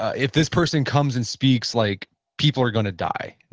if this person comes and speaks, like people are going to die. and